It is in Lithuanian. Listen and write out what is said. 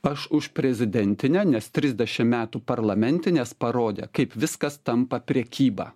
aš už prezidentinę nes trisdešim metų parlamentinės parodė kaip viskas tampa prekyba